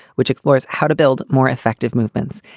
which explores how to build more effective movements.